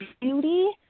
beauty